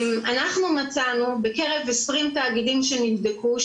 אנחנו מצאנו בקרב 20 תאגידים שנבדקו,